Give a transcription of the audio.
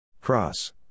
Cross